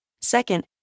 Second